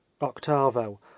Octavo